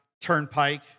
Turnpike